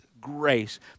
grace